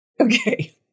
Okay